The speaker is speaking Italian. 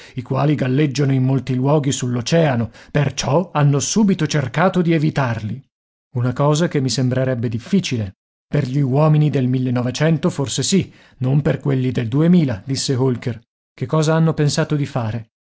i quali galleggiano in molti luoghi sull'oceano perciò hanno subito cercato di evitarli una cosa che mi sembrerebbe difficile per gli uomini del millenovecento forse sì non per quelli del duemila disse holker che cosa hanno pensato di fare